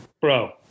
Bro